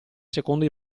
secondo